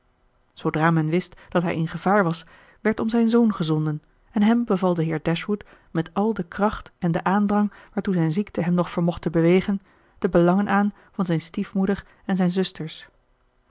zoodra men wist dat hij in gevaar was werd om zijn zoon gezonden en hem beval de heer dashwood met al de kracht en den aandrang waartoe zijn ziekte hem nog vermocht te bewegen de belangen aan van zijn stiefmoeder en zijne zusters